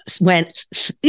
went